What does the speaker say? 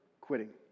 quitting